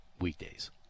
weekdays